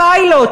הפיילוט,